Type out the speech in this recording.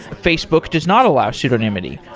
facebook does not allow pseudonymity.